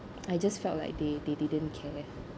I just felt like they they didn't care